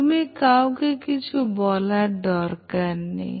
তুমি কাউকে কিছু বলার দরকার নেই